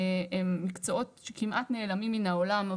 הם מקצועות שכמעט נעלמים מן העולם.